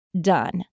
done